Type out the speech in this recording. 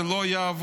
זה לא יעבוד.